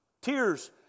Tears